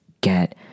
get